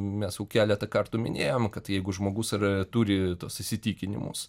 mes jau keletą kartų minėjom kad jeigu žmogus turi tuos įsitikinimus